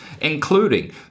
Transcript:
including